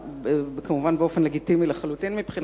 כמובן באופן לגיטימי לחלוטין מבחינתי,